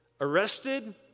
arrested